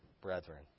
brethren